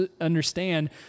understand